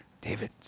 david